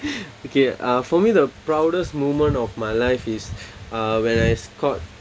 okay uh for me the proudest moment of my life is uh when I scored